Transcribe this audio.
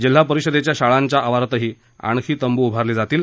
जिल्हा परिषदेच्या शाळांच्या आवारातही आणखी तंबू उभारले जातील